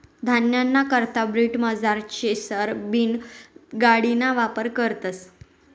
धान्यना करता ब्रिटनमझार चेसर बीन गाडिना वापर करतस